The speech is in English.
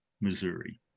missouri